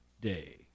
Day